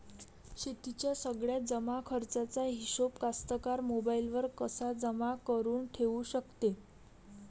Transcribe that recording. शेतीच्या सगळ्या जमाखर्चाचा हिशोब कास्तकार मोबाईलवर कसा जमा करुन ठेऊ शकते?